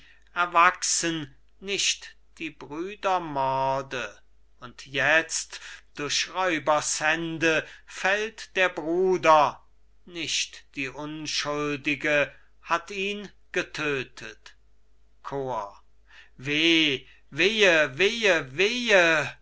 erwachsen nicht die brüder morde und jetzt durch räubershände fällt der bruder nicht die unschuldige hat ihn getödtet chor wehe wehe wehe wehe